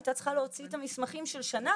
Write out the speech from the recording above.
היא הייתה צריכה להוציא את המסמכים של שנה